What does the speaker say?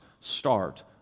start